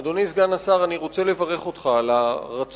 אדוני סגן השר, אני רוצה לברך אותך על הרצון